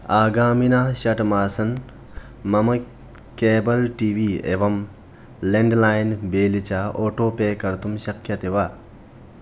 आगामिनः षट् मासान् मम केबल् टी वी एवंं लेण्ड्लैन् बिल् च आटोपे कर्तुं शक्यते वा